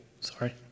Sorry